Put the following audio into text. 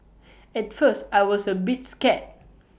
at first I was A bit scared